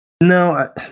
No